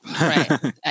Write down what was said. Right